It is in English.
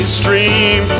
stream